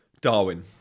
Darwin